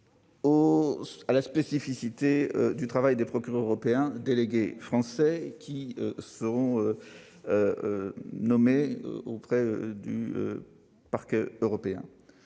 à la spécificité du travail des procureurs européens, délégués français nommés auprès du Parquet européen.